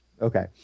Okay